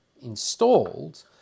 installed